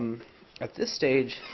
at this stage,